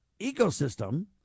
ecosystem